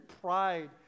pride